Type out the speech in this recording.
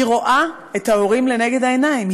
היא רואה את ההורים לנגד העיניים,